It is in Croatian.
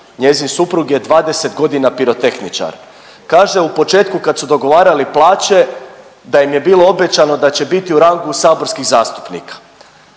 njezin suprug je 20 godina pirotehničar. Kaže u početku kad su dogovarali plaće da im je bilo obećano da će biti u rangu saborskih zastupnika.